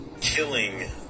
killing